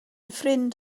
ffrind